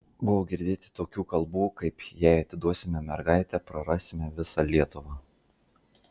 buvo girdėti tokių kalbų kaip jei atiduosime mergaitę prarasime visą lietuvą